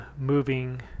moving